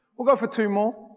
we go for two more.